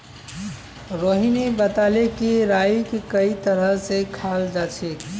रोहिणी बताले कि राईक कई तरह स खाल जाछेक